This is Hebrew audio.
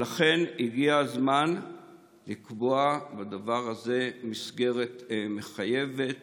לכן, הגיע הזמן לקבוע בדבר הזה מסגרת מחייבת